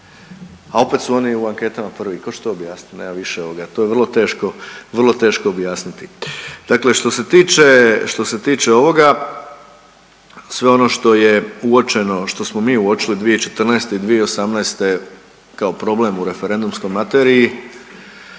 a opet su oni u anketama prvi. Tko će to objasniti? Nema više, to je vrlo teško objasniti. Dakle, što se tiče ovoga sve ono što je uočeno što smo mi uočili 2014. i 2018. kao problem u referendumskoj materiji